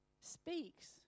speaks